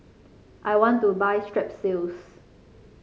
I want to buy Strepsils